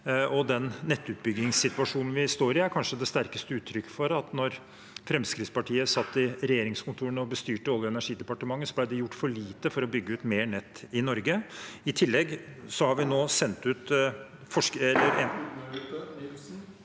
Den nettutbyggingssituasjonen vi står i, er kanskje det sterkeste uttrykket for at da Fremskrittspartiet satt i regjeringskontorene og bestyrte Olje- og energidepartementet, ble det gjort for lite for å bygge ut mer nett i Norge.